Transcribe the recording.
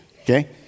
okay